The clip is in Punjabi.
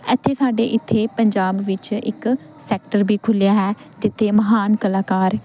ਇੱਥੇ ਸਾਡੇ ਇੱਥੇ ਪੰਜਾਬ ਵਿੱਚ ਇੱਕ ਸੈਕਟਰ ਵੀ ਖੁੱਲ੍ਹਿਆ ਹੈ ਜਿੱਥੇ ਮਹਾਨ ਕਲਾਕਾਰ